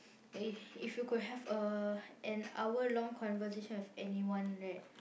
eh if you could have a an hour long conversation with anyone right